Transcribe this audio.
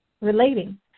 relating